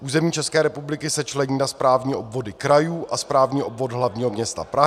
Území České republiky se člení na správní obvody krajů a správní obvod hlavního města Prahy.